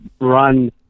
run